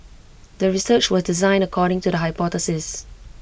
the research was designed according to the hypothesis